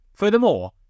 Furthermore